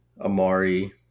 Amari